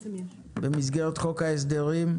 אנחנו מתחילים דיון נוסף של ועדת תחבורה במסגרת חוק ההסדרים,